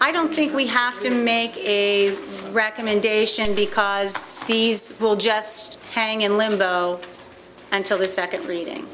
i don't think we have to make a recommendation because these will just hang in limbo and till the second reading